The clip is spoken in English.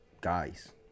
guys